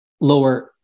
lower